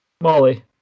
Molly